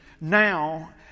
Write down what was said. now